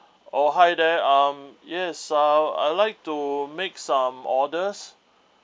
oh hi there um yes I I'd like to make some orders